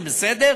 זה בסדר,